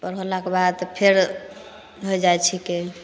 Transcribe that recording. पर होलाके बाद फेर होइ जाइ छिकै